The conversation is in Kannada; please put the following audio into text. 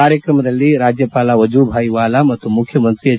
ಕಾರ್ಯಕ್ರಮದಲ್ಲಿ ರಾಜ್ಯಪಾಲ ವಜೂಭಾಯ್ ವಾಲಾ ಮತ್ತು ಮುಖ್ಯಮಂತ್ರಿ ಎಚ್